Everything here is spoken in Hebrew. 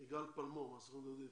יגאל פלמור מהסוכנות היהודית.